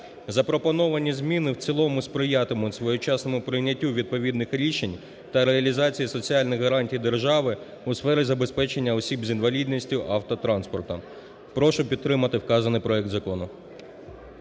Запропоновані зміни в цілому сприятимуть своєчасному прийняттю відповідних рішень та реалізації соціальних гарантій держави у сфері забезпечення осіб з інвалідністю автотранспортом. Прошу підтримати вказаний проект Закону.